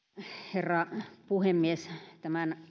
herra puhemies tämän